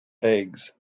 eggs